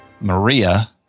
Maria